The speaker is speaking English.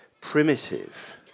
primitive